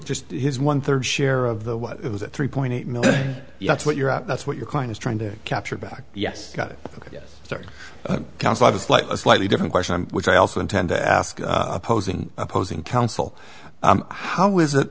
just his one third share of the what was it three point eight million yeah that's what you're out that's what your client is trying to capture back yes ok counsel it is like a slightly different question which i also intend to ask opposing opposing counsel how is it